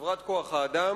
חברת כוח-האדם,